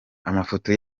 amafoto